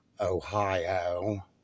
Ohio